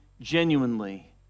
genuinely